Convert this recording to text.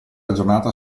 aggiornata